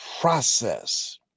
process